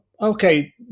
okay